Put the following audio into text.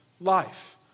life